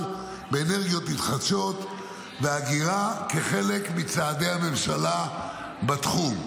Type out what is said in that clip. באנרגיות מתחדשות ואגירה כחלק מצעדי הממשלה בתחום.